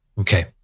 Okay